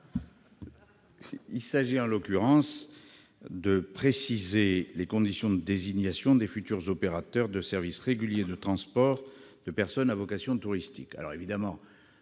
présent amendement est de préciser les conditions de désignation des futurs opérateurs de services réguliers de transports de personnes à vocation touristique.